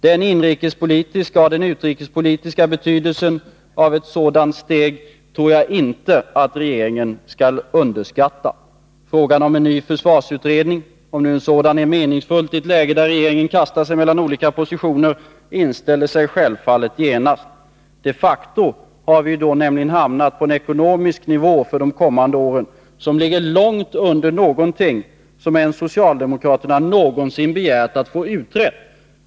Den inrikespolitiska och utrikespolitiska betydelsen av ett sådant steg tror jag inte att regeringen skall underskatta. Frågan om en ny försvarsutredning — om nu en sådan är meningsfull i ett läge där regeringen kastar sig mellan olika positioner — inställer sig självfallet genast. De facto har vi ju då nämligen hamnat på en ekonomisk nivå för de kommande åren som ligger långt under vadt.o.m. socialdemokraterna någonsin begärt att få utrett.